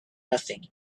nothing